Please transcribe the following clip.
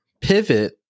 pivot